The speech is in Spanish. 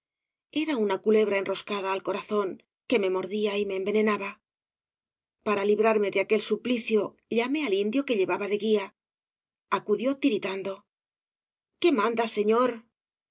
era una culebra enroscada al corazón que me mordía y me envenenaba para libertarme de aquel suplicio llamé al indio que llevaba de guía acudió tiritando qué mandaba señor